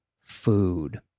food